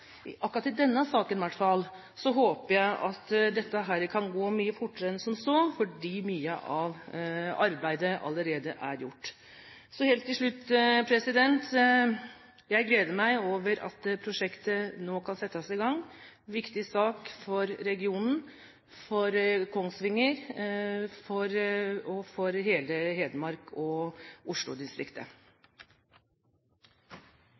akkurat i denne saken i hvert fall – håper jeg at dette kan gå mye fortere enn som så, fordi mye av arbeidet allerede er gjort. Så helt til slutt: Jeg gleder meg over at prosjektet nå kan settes i gang. Det er en viktig sak for regionen, for Kongsvinger, for hele Hedmark og for